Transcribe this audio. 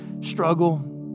struggle